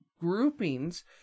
groupings